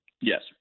Yes